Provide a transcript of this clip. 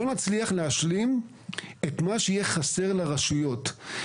לא נצליח להשלים את מה שיהיה חסר לרשויות.